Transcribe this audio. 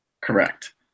Correct